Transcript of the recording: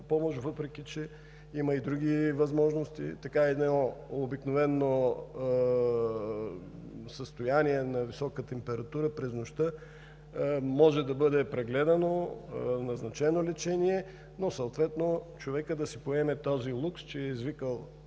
помощ, въпреки че има и други възможности. Едно обикновено състояние на висока температура през нощта може да бъде прегледано и назначено лечение, но съответно човекът да си поеме този лукс, че е извикал